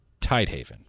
Tidehaven